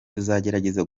tuzagerageza